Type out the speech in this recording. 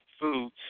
foods